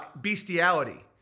bestiality